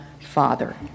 Father